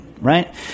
right